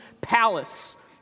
palace